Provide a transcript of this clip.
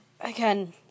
again